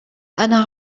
أنا